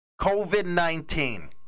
COVID-19